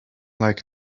like